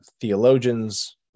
theologians